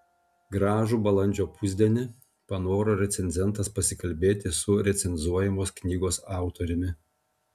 gražų balandžio pusdienį panoro recenzentas pasikalbėti su recenzuojamos knygos autoriumi